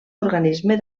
organisme